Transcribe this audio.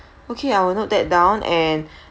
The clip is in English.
okay I'll note that down and